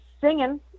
singing